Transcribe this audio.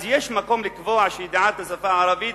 אז יש מקום לקבוע שידיעת השפה הערבית